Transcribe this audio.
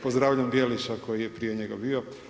Pozdravljam Bijeliša koji je prije njega bio.